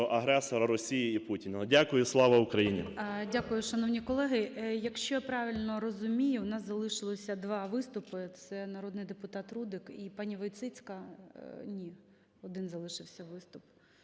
агресора Росії і Путіна. Дякую. Слава Україні!